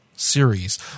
series